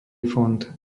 fond